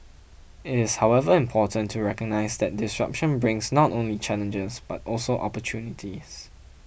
it is however important to recognise that disruption brings not only challenges but also opportunities